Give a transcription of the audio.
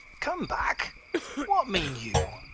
come backe what meane you?